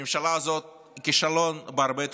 הממשלה הזאת היא כישלון בהרבה תחומים: